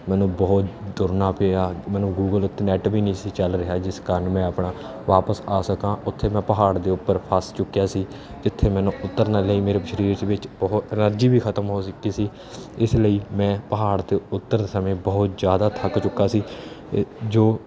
ਮੈਨੂੰ ਬਹੁਤ ਤੁਰਨਾ ਪਿਆ ਮੈਨੂੰ ਗੂਗਲ ਉੱਤੇ ਨੈੱਟ ਵੀ ਨਹੀਂ ਸੀ ਚੱਲ ਰਿਹਾ ਜਿਸ ਕਾਰਨ ਮੈਂ ਆਪਣਾ ਵਾਪਿਸ ਆ ਸਕਾਂ ਉੱਥੇ ਮੈਂ ਪਹਾੜ ਦੇ ਉੱਪਰ ਫਸ ਚੁੱਕਿਆ ਸੀ ਜਿੱਥੇ ਮੈਨੂੰ ਉਤਰਨ ਲਈ ਮੇਰੇ ਸਰੀਰ ਵਿੱਚ ਬਹੁਤ ਐਨਰਜੀ ਵੀ ਖ਼ਤਮ ਹੋ ਚੁੱਕੀ ਸੀ ਇਸ ਲਈ ਮੈਂ ਪਹਾੜ ਤੋਂ ਉੱਤਰਨ ਸਮੇਂ ਬਹੁਤ ਜ਼ਿਆਦਾ ਥੱਕ ਚੁੱਕਿਆ ਸੀ ਜੋ